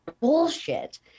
bullshit